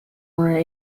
were